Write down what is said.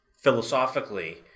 philosophically